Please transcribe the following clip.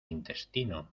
intestino